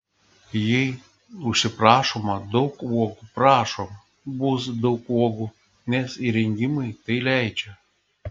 jei užsiprašoma daug uogų prašom bus daug uogų nes įrengimai tai leidžia